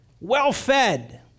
well-fed